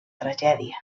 tragèdia